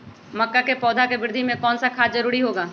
मक्का के पौधा के वृद्धि में कौन सा खाद जरूरी होगा?